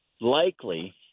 likely